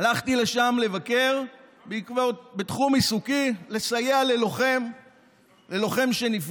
הלכתי לשם לבקר בעקבות תחום עיסוקי לסייע ללוחם שנפגע.